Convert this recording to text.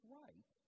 right